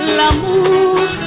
L'amour